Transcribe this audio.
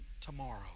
tomorrow